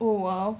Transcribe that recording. oh !wow!